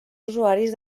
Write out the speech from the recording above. usuaris